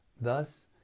thus